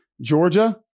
Georgia